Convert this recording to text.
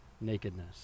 nakedness